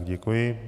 Děkuji.